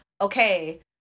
okay